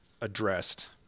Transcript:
addressed